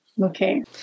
Okay